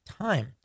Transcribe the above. time